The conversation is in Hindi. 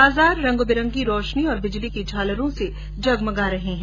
बाजार रंग बिरंगी रोशनी और बिजली की झालरों से जगमगा रहे है